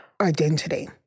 identity